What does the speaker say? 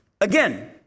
again